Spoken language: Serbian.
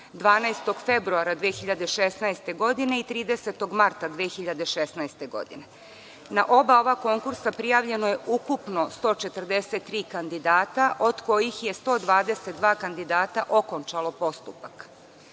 12. februara 2016. godine i 30. marta 2016. godine. Na oba ova konkursa prijavljeno je ukupno 143 kandidata, od kojih je 122 kandidata okončalo postupak.